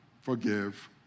forgive